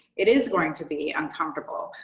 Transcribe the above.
it is going to be uncomfortable.